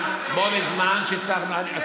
בזמן שאנחנו הצלחנו למגר,